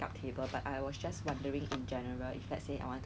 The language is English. actually actually my colleague my colleague bought for me